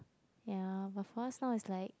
ya but for us now is like